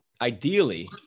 ideally